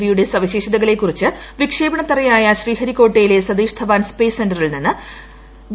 V യുടെ സവിശേഷതകളെക്കുറിച്ച് വിക്ഷേപണ തറയായ ശ്രീഹരിക്കോട്ടയിലെ സതീഷ് ധവാൻ സ്പേസ് സെന്ററിൽ നിന്ന് വി